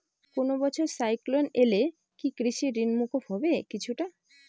কোনো বছর সাইক্লোন এলে কি কৃষি ঋণ মকুব হবে কিছুটা?